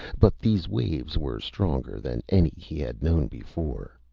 but these waves were stronger than any he had known before.